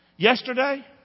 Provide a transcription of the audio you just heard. Yesterday